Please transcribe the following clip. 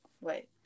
wait